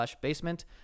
basement